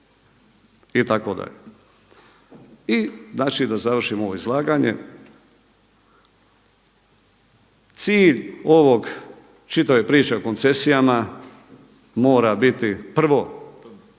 itd. I znači da završim ovo izlaganje cilj ove čitave priče o koncesijama mora biti prvo